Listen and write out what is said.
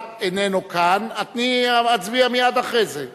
הקצאת מקומות חנייה